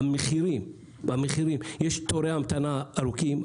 יש המתנה ארוכה בתורים,